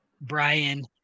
Brian